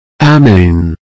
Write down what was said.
Amen